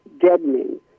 deadening